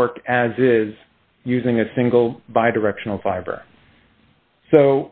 cork as is using a single bi directional fiber so